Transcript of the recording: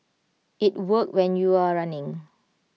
IT worked when you are running